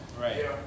Right